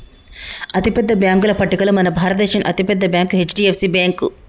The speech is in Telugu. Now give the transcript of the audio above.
అతిపెద్ద బ్యేంకుల పట్టికలో మన భారతదేశంలో అతి పెద్ద బ్యాంక్ హెచ్.డి.ఎఫ్.సి బ్యేంకు